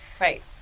Right